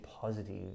positive